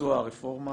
בביצוע הרפורמה.